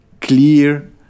clear